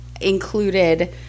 included